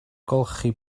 golchi